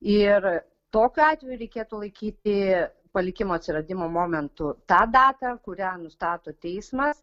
ir tokiu atveju reikėtų laikyti palikimo atsiradimo momentu tą datą kurią nustato teismas